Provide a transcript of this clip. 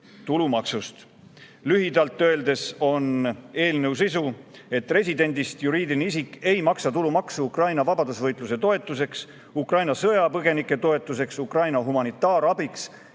tulumaksust. Lühidalt öeldes on eelnõu sisu selline, et [Eesti] residendist juriidiline isik ei maksa tulumaksu Ukraina vabadusvõitluse toetuseks, Ukraina sõjapõgenike toetuseks, Ukraina humanitaarabiks